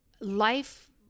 life